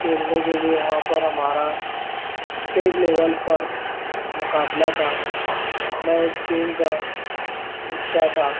کھیلنے کے لئے وہاں پر ہمارا اسٹیٹ لیول پر مقابلہ تھا میں اس ٹیم کا حصہ تھا